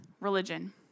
religion